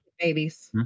Babies